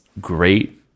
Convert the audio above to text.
great